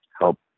help